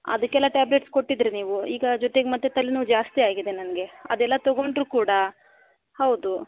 ಅದಕ್ಕೆಲ್ಲ ಟಾಬ್ಲೆಟ್ಸ್ ಕೊಟ್ಟಿದ್ದಿರಿ ನೀವು ಈಗ ಜೊತೆಗೆ ಮತ್ತೆ ತಲೆನೋವು ಜಾಸ್ತಿ ಆಗಿದೆ ನನಗೆ ಅದೆಲ್ಲ ತೊಗೊಂಡ್ರೂ ಕೂಡ ಹೌದು